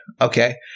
Okay